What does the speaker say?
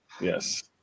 Yes